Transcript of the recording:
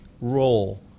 role